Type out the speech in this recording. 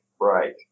right